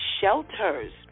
shelters